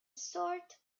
sort